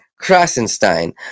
Krasenstein